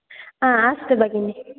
आ अस्तु भगिनि